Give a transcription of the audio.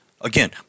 again